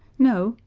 no,